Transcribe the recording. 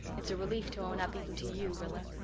it's a relief to own up even to you, rilla.